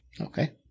Okay